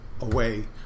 away